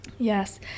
Yes